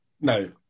No